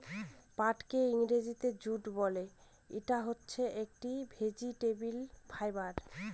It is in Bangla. পাটকে ইংরেজিতে জুট বলে, ইটা হচ্ছে একটি ভেজিটেবল ফাইবার